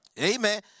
Amen